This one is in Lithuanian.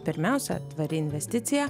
pirmiausia tvari investicija